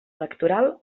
electoral